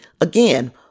Again